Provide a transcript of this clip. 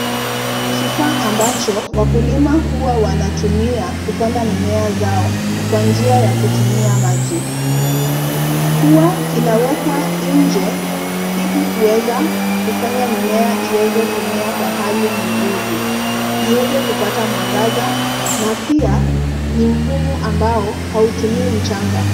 Kifaa ambacho wakulima huwa wanatumia kupanda mimea zao kwa njia ya kutumia maji. Huwa kinawekwa nje ili kuweza kufanya mimea iweze kumea kwa hali nzuri, iweze kupata mwangaza na pia ni mfumo ambao hautumii mchanga.